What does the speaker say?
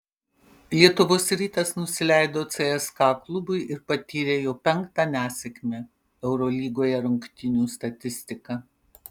lietuvos rytas nusileido cska klubui ir patyrė jau penktą nesėkmę eurolygoje rungtynių statistika